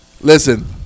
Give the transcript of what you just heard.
listen